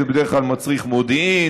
זה בדרך כלל מצריך מודיעין,